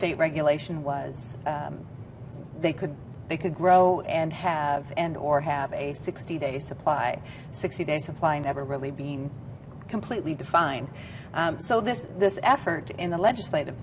state regulation was they could they could grow and have and or have a sixty day supply sixty day supply never really being completely defined so this this effort in the legislative